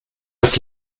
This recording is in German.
das